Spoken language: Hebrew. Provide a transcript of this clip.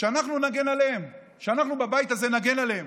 שאנחנו נגן עליהם, שאנחנו בבית הזה נגן עליהם.